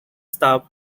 stop